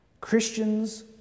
Christians